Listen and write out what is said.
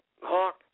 Hawk